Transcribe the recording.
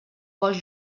cos